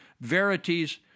verities